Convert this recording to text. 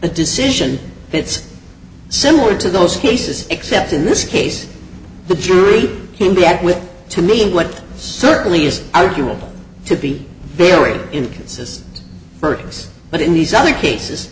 a decision it's similar to those cases except in this case the jury came back with to me what certainly is arguable to be very inconsistent percs but in these other cases